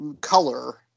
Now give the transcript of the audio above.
color